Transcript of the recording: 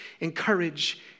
encourage